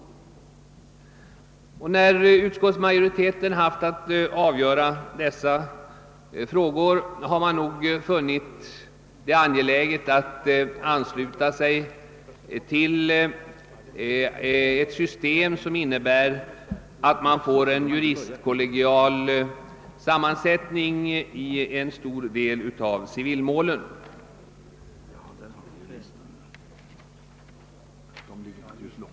När utskottet haft att ta ställning till dessa frågor har dess majoritet funnit det angeläget att biträda ett system som innebär att vi får en juristkollegial sammansättning i en del av civilmålen.